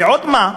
ועוד מה?